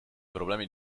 problemi